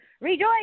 Rejoice